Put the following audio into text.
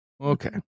Okay